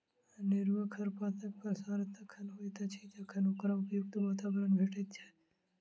अनेरूआ खरपातक प्रसार तखन होइत अछि जखन ओकरा उपयुक्त वातावरण भेटैत छै